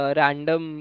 random